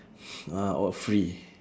ah all free